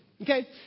Okay